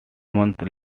months